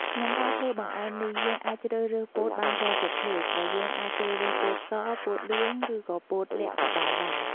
ក្នុងការធ្វើបង្អែមនេះយើងអាចជ្រើសរើសពោតបានច្រើនប្រភេទ ដោយយើងអាចជ្រើសពោតពណ៌ស ពណ៌លឿង ឬក៏ពោតល័ខក៏បានដែរ។